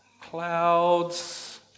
clouds